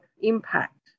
impact